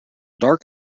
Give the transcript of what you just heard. dark